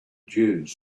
dunes